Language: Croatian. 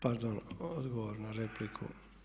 Pardon, odgovor na repliku.